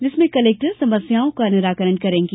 जिसमें कलेक्टर समस्याओं का निराकरण करेगी